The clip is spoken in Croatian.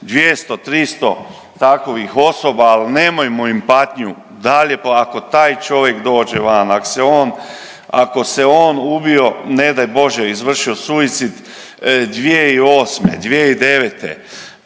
200, 300 takovih osoba, al nemojmo im patnju dalje, pa ako taj čovjek dođe van, ako se on ubio ne daj Bože izvršio suicid 2008., 2009.